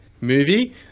movie